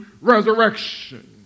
resurrection